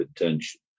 attention